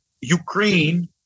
Ukraine